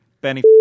Benny